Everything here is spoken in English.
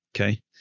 Okay